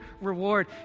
reward